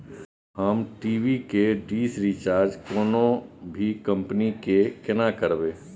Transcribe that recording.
हम टी.वी के dish recharge कोनो भी कंपनी के केना करबे?